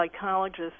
psychologist